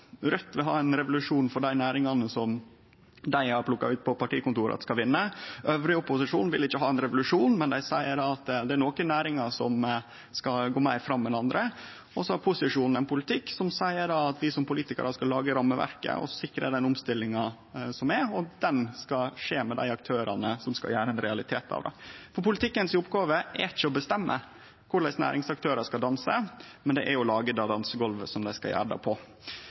Raudt vil ha ein revolusjon for dei næringane som dei har plukka ut på partikontoret at skal vinne. Opposisjonen elles vil ikkje ha ein revolusjon, men dei seier at det er nokre næringar som skal gå meir fram enn andre. Og så har posisjonen ein politikk som seier at vi som politikarar skal lage rammeverket og sikre den omstillinga som er, og at den skal skje med dei aktørane som skal gjere det til ein realitet. For politikken si oppgåve er ikkje å bestemme korleis næringsaktørar skal danse, men det er å lage det dansegolvet som dei skal gjere det på.